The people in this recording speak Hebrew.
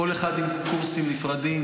כל אחד עם קורסים נפרדים.